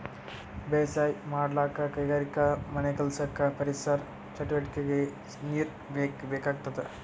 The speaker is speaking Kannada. ಬೇಸಾಯ್ ಮಾಡಕ್ಕ್ ಕೈಗಾರಿಕೆಗಾ ಮನೆಕೆಲ್ಸಕ್ಕ ಪರಿಸರ್ ಚಟುವಟಿಗೆಕ್ಕಾ ನೀರ್ ಬೇಕೇ ಬೇಕಾಗ್ತದ